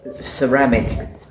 ceramic